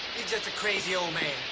just a crazy old man.